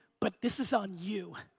but this is on you.